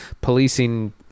policing